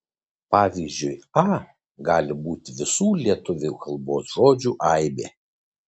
pavyzdžiui a gali būti visų lietuvių kalbos žodžių aibė